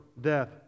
death